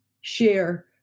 share